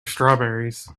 strawberries